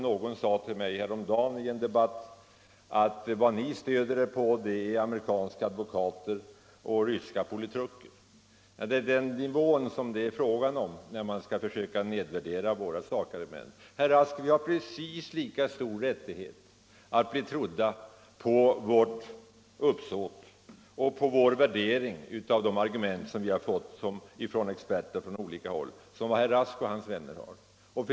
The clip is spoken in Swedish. Någon sade till mig häromdagen i en debatt att ”vad ni stöder er på är amerikanska advokater och ryska politruker”. Det är på den nivån man håller sig när man skall försöka nedvärdera våra sakargument. Herr Rask! Vi har precis lika stor rätt att bli trodda på vårt uppsåt och när det gäller vår värdering av de argument som vi har fått av experter från olika håll som vad herr Rask och hans vänner har.